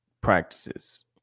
practices